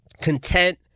content